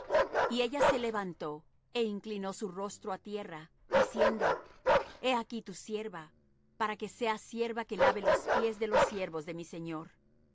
y ella se levantó é inclinó su rostro á tierra diciendo he aquí tu sierva para que sea sierva que lave los pies de los siervos de mi señor